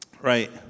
right